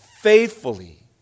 faithfully